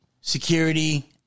security